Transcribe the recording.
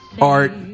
art